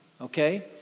okay